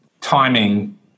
timing